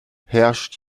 herrscht